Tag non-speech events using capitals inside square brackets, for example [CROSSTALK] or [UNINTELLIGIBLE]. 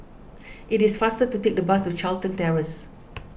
it is faster to take the bus to Charlton [UNINTELLIGIBLE]